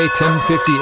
1050